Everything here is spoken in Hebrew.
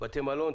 בתי מלון,